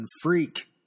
freak